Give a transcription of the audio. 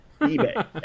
eBay